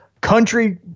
country